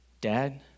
dad